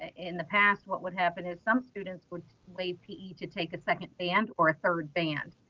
in the past, what would happen is some students would delay pe to take a second band or a third band.